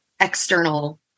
external